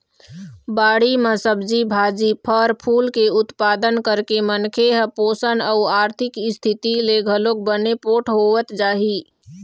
बाड़ी म सब्जी भाजी, फर फूल के उत्पादन करके मनखे ह पोसन अउ आरथिक इस्थिति ले घलोक बने पोठ होवत जाही